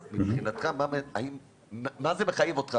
מבחינתך, איך זה מחייב אותך?